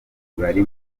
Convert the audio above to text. bari